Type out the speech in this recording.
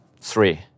Three